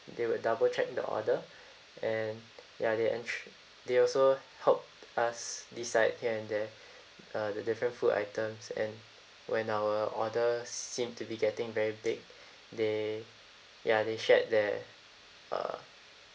they will double check the order and ya they ens~ they also helped us decide here and there uh the different food items and when our order seemed to be getting very big they ya they shared their uh